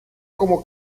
como